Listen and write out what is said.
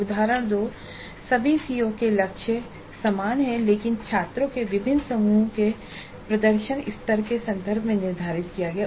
उदाहरण 2 सभी सीओ के लिए लक्ष्य समान हैं लेकिन छात्रों के विभिन्न समूहों के प्रदर्शन स्तरों के संदर्भ में निर्धारित किए गए हैं